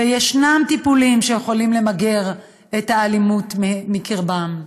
ויש טיפולים שיכולים למגר את האלימות מקרבם,